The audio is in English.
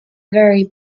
very